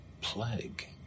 plague